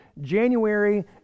January